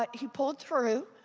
like he pulled through.